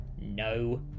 no